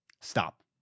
stop